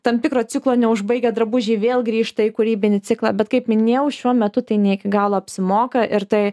tam tikro ciklo neužbaigę drabužiai vėl grįžta į kūrybinį ciklą bet kaip minėjau šiuo metu tai ne iki galo apsimoka ir tai